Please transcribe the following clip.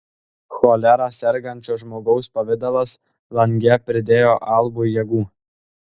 cholera sergančio žmogaus pavidalas lange pridėjo albui jėgų